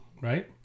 right